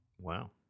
Wow